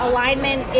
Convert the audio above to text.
Alignment